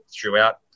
throughout